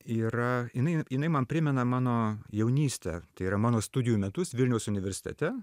yra jinai jinai man primena mano jaunystę tai yra mano studijų metus vilniaus universitete